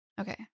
Okay